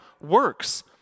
works